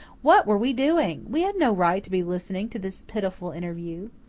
what were we doing? we had no right to be listening to this pitiful interview.